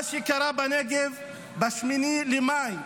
מה שקרה בנגב ב-8 במאי,